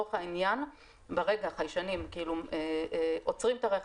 שלצורך העניין החיישנים עוצרים את הרכב,